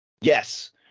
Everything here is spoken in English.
Yes